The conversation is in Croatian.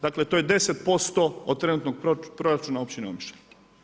Dakle, to je 10% od trenutnog proračuna općine Omišalj.